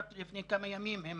רק לפני כמה ימים הם